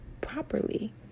properly